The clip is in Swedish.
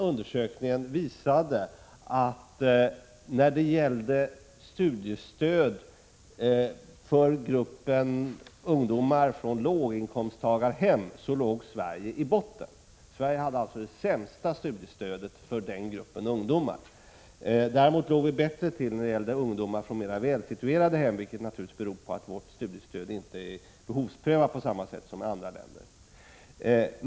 Undersökningen visar att när det gäller studiestöd för gruppen ungdomar från låginkomsttagarhem ligger Sverige i botten. Sverige har alltså det sämsta studiestödet för den gruppen ungdomar. Däremot ligger vi bättre till när det gäller studiestödet till ungdomar från mera välsituerade hem, vilket naturligtvis beror på att vårt studiestöd inte är behovsprövat på samma sätt som studiestödet i andra länder.